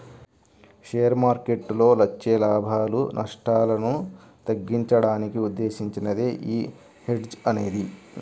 share మార్కెట్టులో వచ్చే లాభాలు, నష్టాలను తగ్గించడానికి ఉద్దేశించినదే యీ హెడ్జ్ అనేది